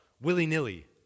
willy-nilly